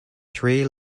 three